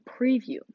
preview